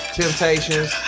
temptations